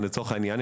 לצורך העניין,